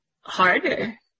harder